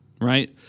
Right